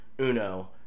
Uno